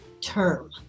term